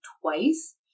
twice